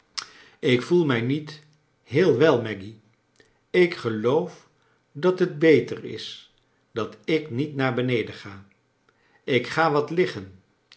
ik voel mij niet heel wel maggy ik geloof dat het beter is dat ik niet naar beneden ga ik ga wat liggen